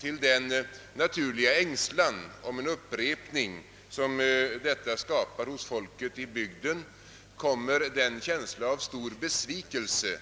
Till den naturliga ängslan för en upprepning som detta skapar hos folket i bygden kommer den känsla av stor besvikelse